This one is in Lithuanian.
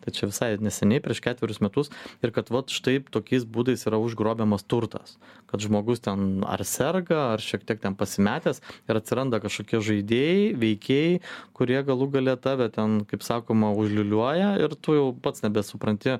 tai čia visai neseniai prieš ketverius metus ir kad vat štaip tokiais būdais yra užgrobiamas turtas kad žmogus ten ar serga ar šiek tiek ten pasimetęs ir atsiranda kažkokie žaidėjai veikėjai kurie galų gale tave ten kaip sakoma užliūliuoja ir tu jau pats nebesupranti